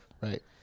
Right